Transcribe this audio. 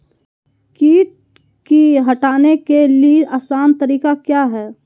किट की हटाने के ली आसान तरीका क्या है?